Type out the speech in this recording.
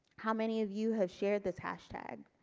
how many of you have shared this hash tag